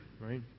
right